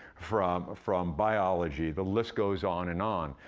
from from biology the list goes on and on.